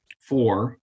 Four